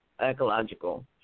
ecological